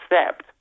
accept